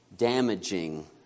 damaging